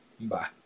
Bye